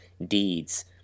Deeds